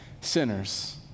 sinners